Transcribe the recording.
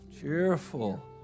Cheerful